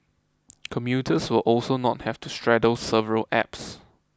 commuters will also not have to straddle several apps